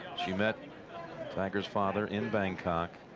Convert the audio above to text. she met like his father in bangkok.